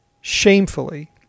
shamefully